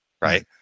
right